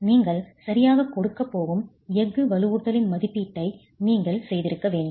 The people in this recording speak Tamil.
நீங்கள் சரியாக கொடுக்கப் போகும் எஃகு வலுவூட்டலின் மதிப்பீட்டை நீங்கள் செய்திருக்க வேண்டும்